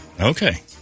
Okay